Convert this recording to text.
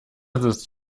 sitzt